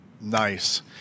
Nice